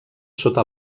sota